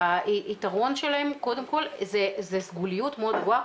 היתרון שלהן קודם כל זה סגוליות מאוד גבוהה,